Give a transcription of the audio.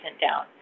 down